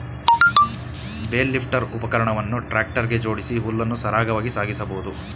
bale lifter ಉಪಕರಣವನ್ನು tractor ಗೆ ಜೋಡಿಸಿ ಹುಲ್ಲನ್ನು ಸರಾಗವಾಗಿ ಸಾಗಿಸಬೋದು